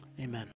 Amen